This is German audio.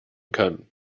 kann